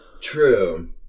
true